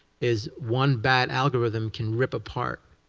is one bad algorithm can rip apart